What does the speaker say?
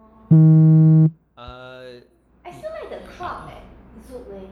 uh